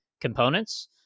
components